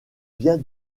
bien